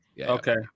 okay